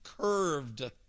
curved